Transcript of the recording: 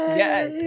yes